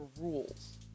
rules